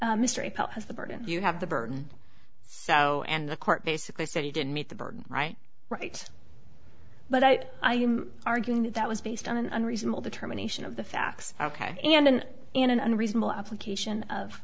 burden you have the burden so and the court basically said he didn't meet the burden right right but i am arguing that that was based on an unreasonable determination of the facts and an in an unreasonable application of